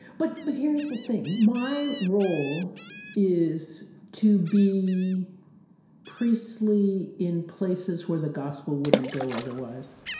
but but here's the thing my role is to be priestly in places where the gospel wouldn't go otherwise.